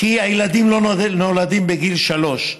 כי הילדים לא נולדים בגיל שלוש,